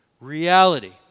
reality